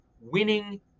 winning